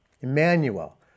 Emmanuel